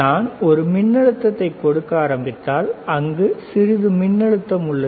எனவே நான் ஒரு மின்னழுத்தத்தை கொடுக்க ஆரம்பித்தால் அங்கு சிறிது மின்னழுத்தம் உள்ளது